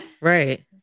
Right